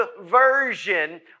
version